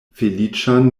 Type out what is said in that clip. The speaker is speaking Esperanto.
feliĉan